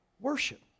worship